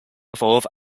evolve